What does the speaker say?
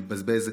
להתבזבז,